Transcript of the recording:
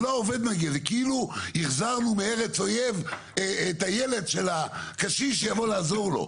זה כאילו החזרנו מארץ אויב את הילד של הקשיש שיבוא לעזור לו,